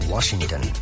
Washington